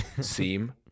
seem